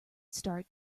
start